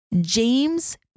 James